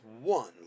one